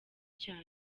cya